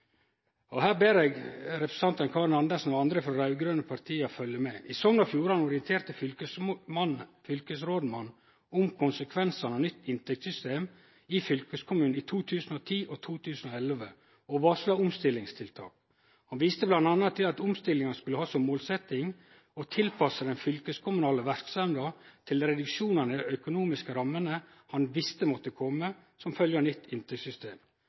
og utfordrande. Og her ber eg representanten Karin Andersen og andre frå dei raud-grøne partia følgje med: I Sogn og Fjordane orienterte fylkesrådmannen om konsekvensane av nytt inntektssystem i fylkeskommunen i 2010 og 2011 og varsla omstillingstiltak. Han viste bl.a. til at omstillinga skulle ha som målsetjing å tilpasse den fylkeskommunale verksemda til reduksjonen i dei økonomiske rammene han visste måtte kome som følgje av nytt inntektssystem. Vidare viste han til at nytt inntektssystem